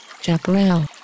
Chaparral